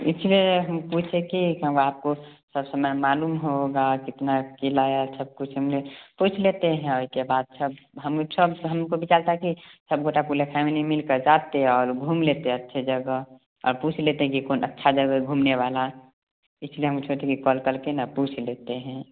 इसलिए हम पुछे कि हम आपको सब समय मालूम होगा कितना क़िला या सब कुछ हमने पूछ लेते हैं वही की बात सब हम सब हमको विचार था कि सब गोटा पुरी फैमली मिलकर जाते और घूम लेते अच्छी जगह आ पूछ लेते कि कौन अच्छी जगह घूमने वाली इसलिए हम सोचे कि कॉल करके ना पूछ लेते हैं